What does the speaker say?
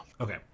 Okay